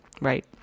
right